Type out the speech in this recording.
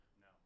No